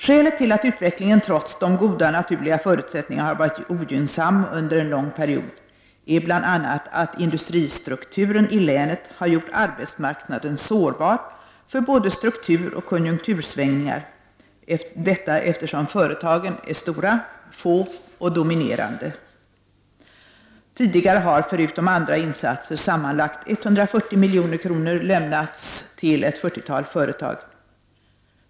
Skälet till att utvecklingen trots de goda naturliga förutsättningarna har varit ogynnsam under en lång period är bland annat att industristrukturen i länet har gjort arbetsmarknaden sårbar för både strukturoch konjunktursvängningar — eftersom företagen är stora, få och dominerande. Tidigare har, förutom andra insatser, sammanlagt 140 milj.kr. lämnats till ett fyrtiotal företag.